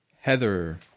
Heather